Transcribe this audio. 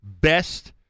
best